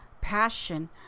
passion